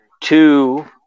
two